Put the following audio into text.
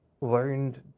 learned